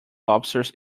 lobsters